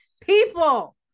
people